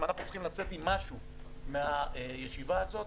אם אנחנו צריכים לצאת עם משהו מהישיבה הזו,